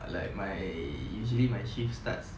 like my usually my shift starts